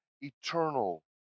eternal